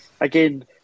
again